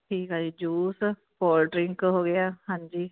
ਠੀਕ ਹੈ ਜੀ ਜੂਸ ਕੋਲਡ ਡਰਿੰਕ ਹੋ ਗਿਆ ਹਾਂਜੀ